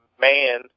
man